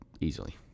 easily